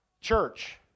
church